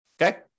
okay